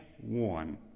one